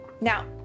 Now